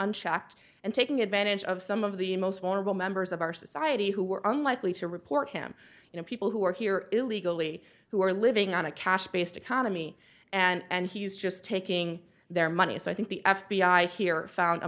unchecked and taking advantage of some of the most vulnerable members of our society who are unlikely to report him you know people who are here illegally who are living on a cash based economy and he's just taking their money so i think the f b i here found a